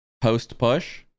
Post-push